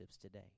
today